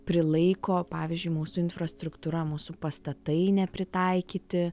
prilaiko pavyzdžiui mūsų infrastruktūra mūsų pastatai nepritaikyti